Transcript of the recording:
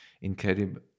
incredible